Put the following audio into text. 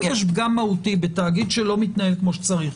אם יש פגם מהותי בתאגיד שלא מתנהל כמו שצריך,